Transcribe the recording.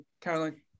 Caroline